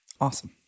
Awesome